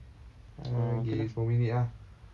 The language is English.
ah lagi sepuluh minit ah